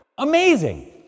Amazing